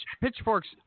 pitchforks